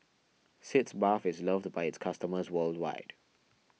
Sitz Bath is loved by its customers worldwide